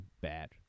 bad